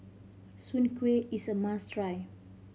soon kway is a must try